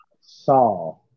saw